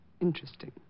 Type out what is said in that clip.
interesting